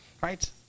right